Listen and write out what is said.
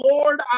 Lord